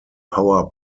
power